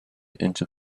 into